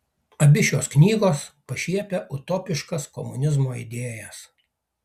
abi šios knygos pašiepia utopiškas komunizmo idėjas